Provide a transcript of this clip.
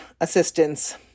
assistance